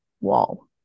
wall